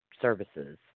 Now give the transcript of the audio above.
services